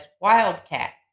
Wildcat